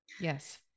yes